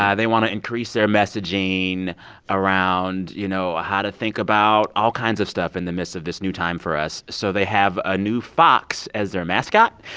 they want to increase their messaging around, you know, how to think about all kinds of stuff in the midst of this new time for us. so they have a new fox as their mascot.